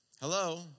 Hello